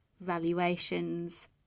valuations